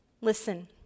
Listen